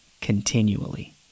continually